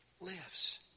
lives